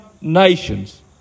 nations